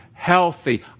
Healthy